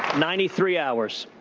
ninety-three hours.